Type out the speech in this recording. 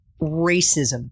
racism